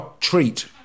treat